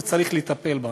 שצריך לטפל בה.